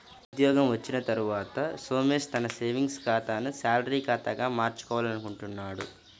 ఉద్యోగం వచ్చిన తర్వాత సోమేష్ తన సేవింగ్స్ ఖాతాను శాలరీ ఖాతాగా మార్చుకోవాలనుకుంటున్నాడు